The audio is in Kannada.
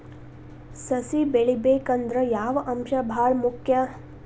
ಸಸಿ ಬೆಳಿಬೇಕಂದ್ರ ಯಾವ ಅಂಶ ಭಾಳ ಮುಖ್ಯ?